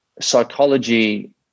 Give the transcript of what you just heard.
psychology